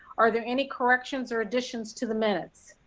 are there any corrections or additions to the minutes.